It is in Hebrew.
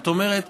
זאת אומרת,